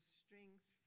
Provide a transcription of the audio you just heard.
strength